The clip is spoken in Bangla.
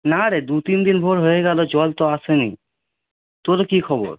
না রে দু তিন দিন ভোর হয়ে গেলো জল তো আসে নি তোদের কী খবর